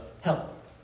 help